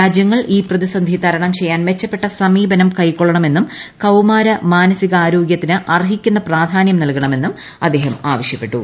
രാജ്യങ്ങൾ ഈ പ്രതിസന്ധി തരണം ചെയ്യാൻ മെച്ചപ്പെട്ട സമീപനം കൈക്കൊള്ളണമെന്നും കൌമാര മാനസികാരോഗൃത്തിന് അർഹിക്കുന്ന പ്രാധാന്യം നൽകണമെന്നും അദ്ദേഹം ആവശ്യപ്പെട്ടു